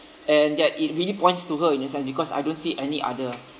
and that it really points to her in a sense because I don't see any other